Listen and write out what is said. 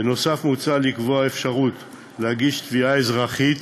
בנוסף, מוצע לקבוע אפשרות להגיש תביעה אזרחית